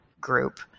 group